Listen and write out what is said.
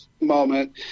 moment